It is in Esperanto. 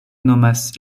nomas